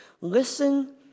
Listen